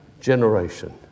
generation